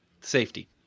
safety